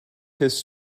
his